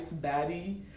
baddie